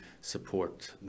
support